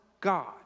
God